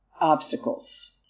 obstacles